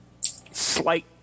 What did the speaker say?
slight